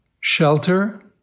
shelter